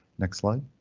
next slide.